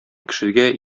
кешегә